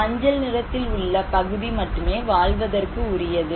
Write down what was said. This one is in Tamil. மஞ்சள் நிறத்தில் உள்ள பகுதி மட்டுமே வாழ்வதற்கு உரியது